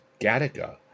Gattaca